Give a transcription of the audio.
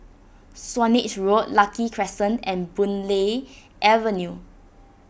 Swanage Road Lucky Crescent and Boon Lay Avenue